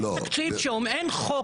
אין תקציב, אין חוק